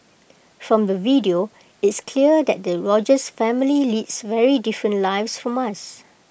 from the video it's clear that the Rogers family leads very different lives from us